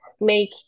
make